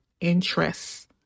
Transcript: interests